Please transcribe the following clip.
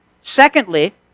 Secondly